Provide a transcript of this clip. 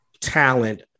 talent